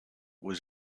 was